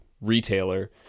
retailer